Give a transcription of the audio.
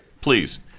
Please